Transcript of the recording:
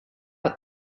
out